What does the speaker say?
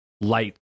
light